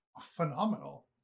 phenomenal